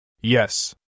Yes